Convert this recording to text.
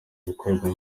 ibikorerwa